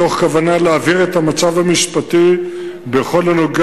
מתוך כוונה להבהיר את המצב המשפטי בכל הקשור